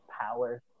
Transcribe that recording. power